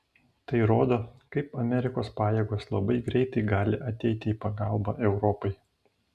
tai rodo kaip amerikos pajėgos labai greitai gali ateiti į pagalbą europai